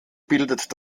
bildet